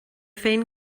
féin